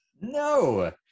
No